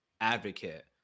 advocate